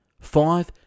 Five